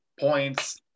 points